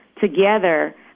together